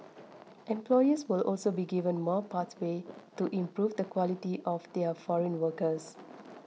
employers will also be given more pathways to improve the quality of their foreign workers